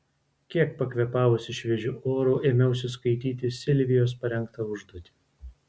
kiek pakvėpavusi šviežiu oru ėmiausi skaityti silvijos parengtą užduotį